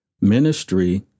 Ministry